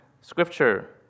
Scripture